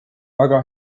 väga